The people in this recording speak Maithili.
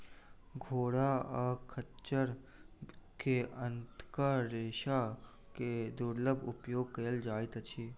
घोड़ा आ खच्चर के आंतक रेशा के दुर्लभ उपयोग कयल जाइत अछि